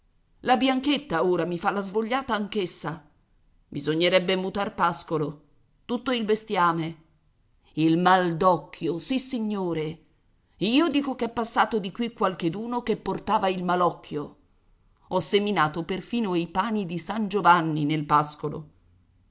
la bianchetta ora mi fa la svogliata anch'essa bisognerebbe mutar di pascolo tutto il bestiame il mal d'occhio sissignore io dico ch'è passato di qui qualcheduno che portava il malocchio ho seminato perfino i pani di san giovanni nel pascolo